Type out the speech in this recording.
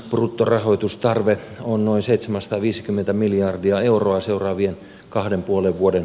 bruttorahoitustarve on noin seitsemänsataaviisikymmentä miljardia euroa seuraavien kahden puolen vuoden